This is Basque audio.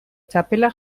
txapela